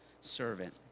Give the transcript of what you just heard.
servant